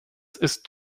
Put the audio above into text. ist